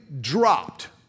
dropped